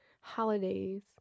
holidays